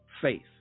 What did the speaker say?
faith